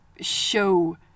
show